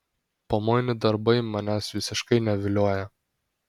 pamoini darbai manęs visiškai nevilioja